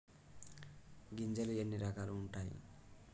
గింజలు ఎన్ని రకాలు ఉంటాయి?